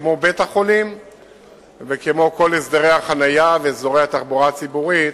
כמו בית-החולים וכמו כל הסדרי החנייה והסדרי התחבורה הציבורית